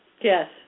Yes